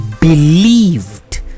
believed